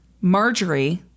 Marjorie